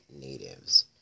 Natives